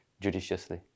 judiciously